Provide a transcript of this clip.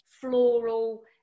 floral